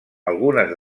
algunes